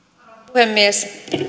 puhemies